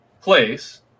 place